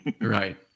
right